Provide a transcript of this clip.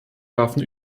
waffen